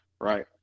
right